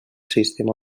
sistema